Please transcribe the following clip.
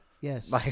Yes